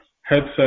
headset